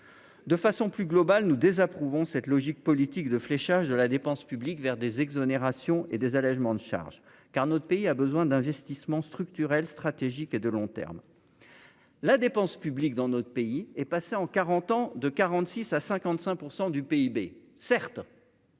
de façon plus globale nous désapprouvons cette logique politique de fléchage de la dépense publique vers des exonérations et des allégements de charges, car notre pays a besoin d'investissements structurels stratégique et de long terme, la dépense publique dans notre pays est passée en 40 ans de 46 à 55 % du PIB certes.